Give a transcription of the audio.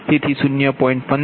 તેથી 0